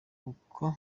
kuko